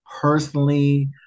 personally